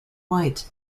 white